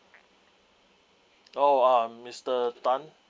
oh I'm mister tan